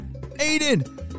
Aiden